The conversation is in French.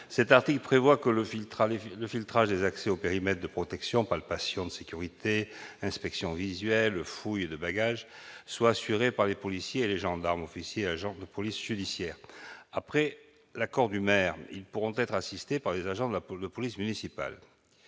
le filtre à Lévis le filtrage des accès au périmètre de protection palpations de sécurité inspection visuelle fouilles de bagages soit assurée par les policiers et les gendarmes, officiers, agent de police judiciaire après l'accord du maire, ils pourront être assistés par les agents de la poste de police municipale,